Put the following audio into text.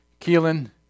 Keelan